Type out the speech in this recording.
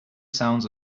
sound